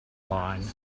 line